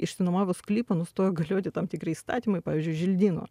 išsinuomavus sklypą nustoja galioti tam tikri įstatymai pavyzdžiui želdynų